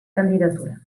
candidatura